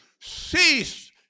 Cease